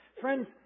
Friends